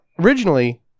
originally